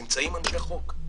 נמצאים אנשי חוק,